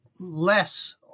less